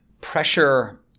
Pressure